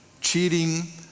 cheating